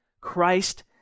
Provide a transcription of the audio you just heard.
Christ